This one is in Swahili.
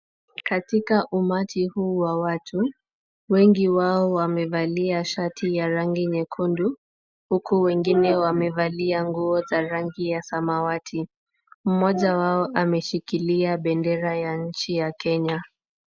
Katika umati huu wa watu, wengi wao wamevalia shati ya rangi nyekundu huku wengine wamevalia nguo za rangi ya samawati. Mmoja wao ameshikilia bendera ya nchi ya Kenya.